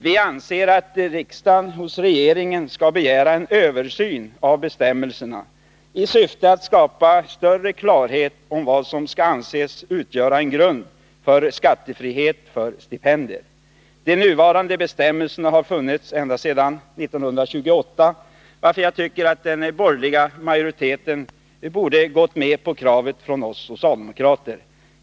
Vi anser att riksdagen hos regeringen skall begära en översyn av bestämmelserna i syfte att skapa större klarhet om vad som skall anses utgöra en grund för skattefrihet för stipendier. De nuvarande bestämmelserna har funnits ända sedan 1928, varför jag tycker att den borgerliga majoriteten borde ha gått med på kravet från oss socialdemokrater.